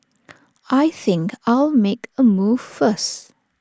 I think I'll make A move first